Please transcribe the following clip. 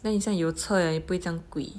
then 你这样有车也不会这样贵